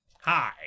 Hi